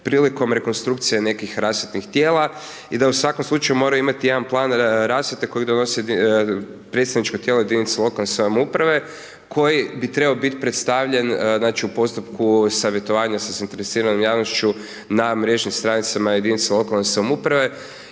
prilikom rekonstrukcije nekih rasvjetnih tijela i da u svakom slučaju moraju imati jedan plan rasvjete koje donosi predstavničko tijelo jedinice lokalne samouprave koji bi trebao biti predstavljen znači u postupku savjetovanja sa zainteresiranom javnošću na mrežnim stranicama lokalne samouprave